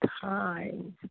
times